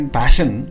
passion